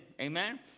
amen